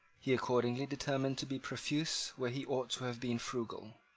he accordingly determined to be profuse where he ought to have been frugal,